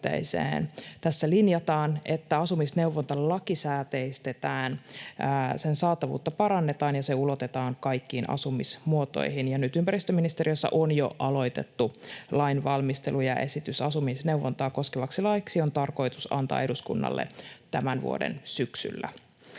Tässä linjataan, että asumisneuvonta lakisääteistetään, sen saatavuutta parannetaan ja se ulotetaan kaikkiin asumismuotoihin. Ja nyt ympäristöministeriössä on jo aloitettu lainvalmistelu, ja esitys asumisneuvontaa koskevaksi laiksi on tarkoitus antaa eduskun-nalle tämän vuoden syksyllä.